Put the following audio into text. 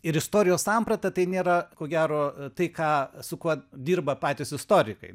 ir istorijos samprata tai nėra ko gero tai ką su kuo dirba patys istorikai